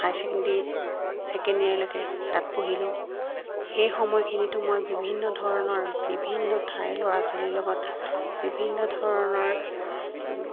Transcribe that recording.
হাই secondary second ইয়েৰলৈকে তাত পঢ়িলোঁ সেই সময়খিনিতো মই বিভিন্ন ধৰণৰ বিভিন্ন ঠাইৰ ল'ৰা ছোৱালীৰ লগত বিভিন্ন ধৰণৰ